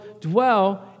dwell